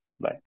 Bye